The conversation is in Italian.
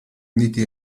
uniti